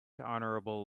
honorable